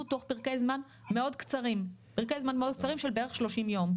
תוך פרקי זמן מאוד קצרים של בערך 30 יום.